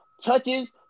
touches